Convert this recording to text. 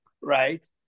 right